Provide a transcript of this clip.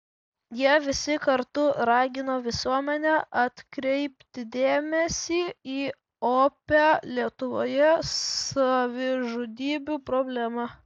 jie visi kartu ragino visuomenę atkreipti dėmesį į opią lietuvoje savižudybių problemą